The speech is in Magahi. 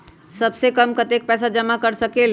सबसे कम कतेक पैसा जमा कर सकेल?